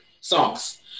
songs